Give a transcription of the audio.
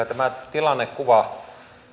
tämä tilannekuva